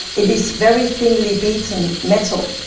it is very thinly beaten metal,